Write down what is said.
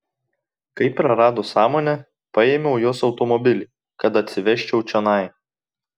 kai prarado sąmonę paėmiau jos automobilį kad atsivežčiau čionai